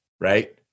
Right